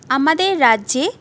আমাদের রাজ্যে